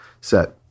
set